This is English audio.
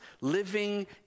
living